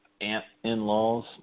aunt-in-law's